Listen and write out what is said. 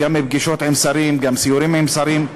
גם בפגישות עם שרים וגם בסיורים עם שרים,